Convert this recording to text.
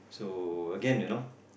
so again you know